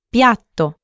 Piatto